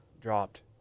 dropped